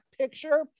picture